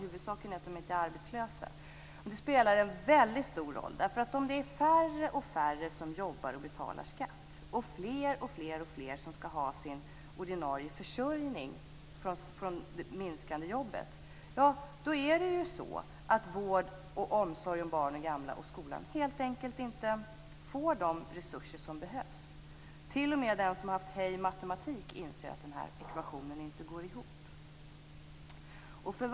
Huvudsaken är att de inte är arbetslösa. Men det spelar en väldigt stor roll. Om det är färre och färre som jobbar och betalar skatt och fler och fler som skall ha sin ordinarie försörjning från de minskande jobben, får helt enkelt inte vård, omsorg om barn och gamla och skola de resurser som behövs. T.o.m. den som har haft Hej matematik inser att den här ekvationen inte går ihop.